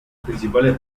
principales